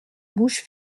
bouche